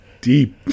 deep